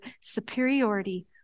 superiority